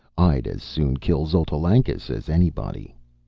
i'd as soon kill xotalancas as anybody.